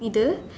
either